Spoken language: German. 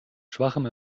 schwachem